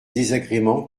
désagréments